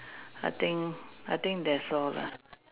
I think I think that's all lah